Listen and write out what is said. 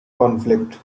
conflict